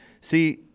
See